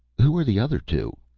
who are the other two